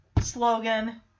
slogan